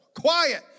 Quiet